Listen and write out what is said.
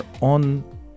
on